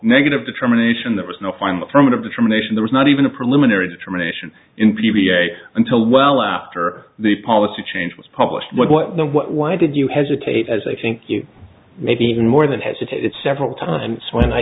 negative determination there was no final permanent determination there was not even a preliminary determination in p v a until well after the policy change was published but why did you hesitate as i think you maybe even more than hesitate several times when i